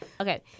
Okay